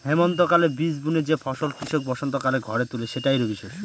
হেমন্তকালে বীজ বুনে যে ফসল কৃষক বসন্তকালে ঘরে তোলে সেটাই রবিশস্য